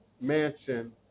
mansion